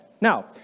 Now